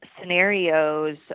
scenarios